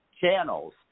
channels